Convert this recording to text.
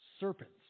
serpents